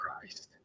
Christ